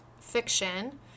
fiction